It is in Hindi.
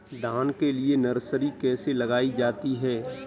धान के लिए नर्सरी कैसे लगाई जाती है?